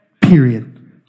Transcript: period